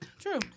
True